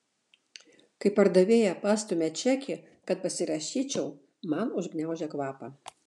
kai pardavėja pastumia čekį kad pasirašyčiau man užgniaužia kvapą